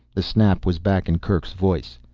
the snap was back in kerk's voice.